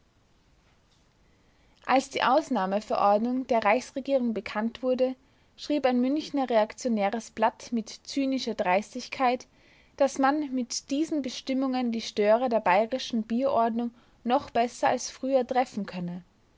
als die ausnahmeverordnung der reichsregierung bekannt wurde schrieb ein münchener reaktionäres blatt mit zynischer dreistigkeit daß man mit diesen bestimmungen die störer der bayerischen bierordnung noch besser als früher treffen könne